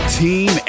team